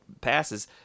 passes